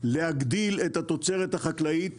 להגדיל את התוצרת החקלאית